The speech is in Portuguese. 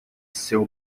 seu